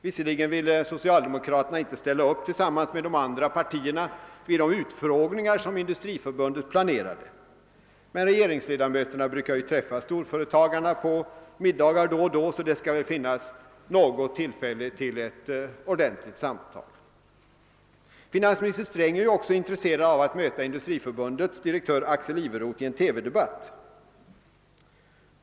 Visserligen ville inte socialdemokraterna ställa upp tillsammans med de andra partierna vid de utfrågningar som Industriförbundet planerade, men regeringsledamöterna brukar = träffa storföretagarna vid middagar då och då, så det blir väl tillfälle till ett ordentligt samtal. Finansminister Sträng är ju också intresserad av att möta Industriförbundets direktör Axel Iveroth vid en TV-debatt.